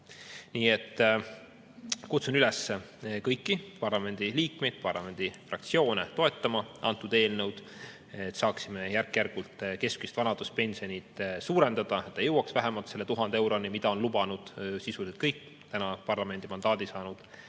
Nii et kutsun kõiki parlamendiliikmeid ja parlamendifraktsioone üles toetama antud eelnõu, et saaksime järk-järgult keskmist vanaduspensioni suurendada, et see jõuaks vähemalt 1000 euroni, mida on lubanud sisuliselt kõik parlamendimandaadi saanud